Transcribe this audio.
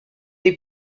the